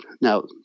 Now